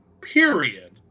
period